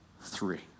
three